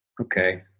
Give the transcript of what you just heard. Okay